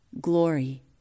glory